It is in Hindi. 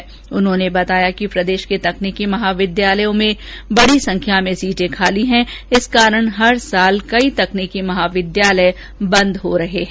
श्री गर्ग ने बताया कि प्रदेश के तकनीकी महाविद्यालयों में भारी मात्रा में सीटें खाली है इस कारण हर साल कई तननीकी महाविद्यालय बंद हो रहे हैं